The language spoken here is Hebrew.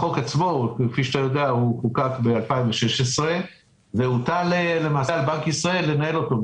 החוק עצמו נחקק ב-2016 והוטל על בנק ישראל לנהל אותו.